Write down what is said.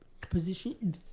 Position